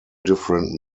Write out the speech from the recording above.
different